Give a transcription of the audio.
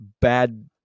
bad